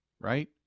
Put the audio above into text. Right